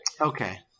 Okay